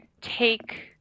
take